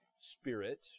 spirit